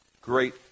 great